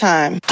Time